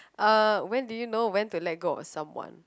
uh when do you know when to let go of someone